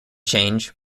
change